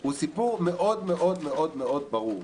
הוא סיפור מאוד מאוד מאוד מאוד ברור,